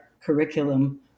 curriculum